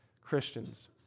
Christians